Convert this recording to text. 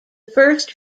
first